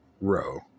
row